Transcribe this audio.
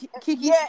kiki